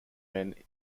men